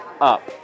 up